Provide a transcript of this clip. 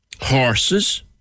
Horses